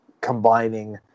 combining